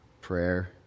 prayer